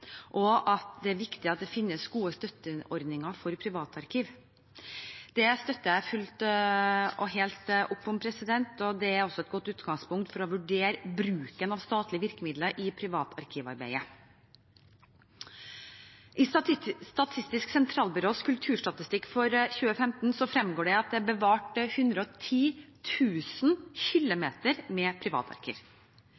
og at det er viktig at det finnes gode støtteordninger for privatarkiv. Det støtter jeg fullt og helt opp om, og det er også et godt utgangspunkt for å vurdere bruken av statlige virkemidler i privatarkivarbeidet. I Statistisk sentralbyrås kulturstatistikk for 2015 fremgår det at det er bevart